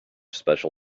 special